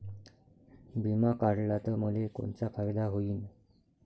बिमा काढला त मले कोनचा फायदा होईन?